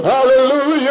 Hallelujah